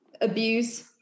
abuse